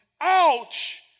ouch